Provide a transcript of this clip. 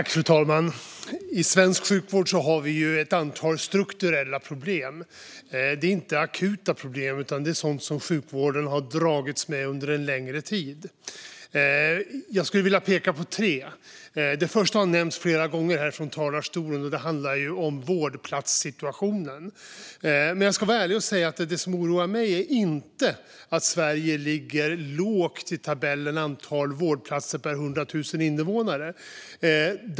Fru talman! I svensk sjukvård har vi ett antal strukturella problem. Det är inte akuta problem, utan det är sådant som sjukvården har dragits med under en längre tid. Jag skulle vilja peka på några av dem. Ett har nämnts flera gånger härifrån talarstolen, och det handlar om vårdplatssituationen. Jag ska vara ärlig och säga att det som oroar mig är inte att Sverige ligger lågt i tabeller över antal vårdplatser per 100 000 invånare.